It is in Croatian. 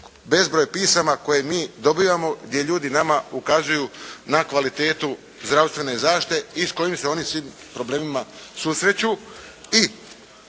bezbroj pisama koje mi dobivamo gdje ljudi nama ukazuju na kvalitetu zdravstvene zaštite i s kojim se oni svim problemima susreću.